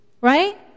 right